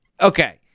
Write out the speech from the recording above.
okay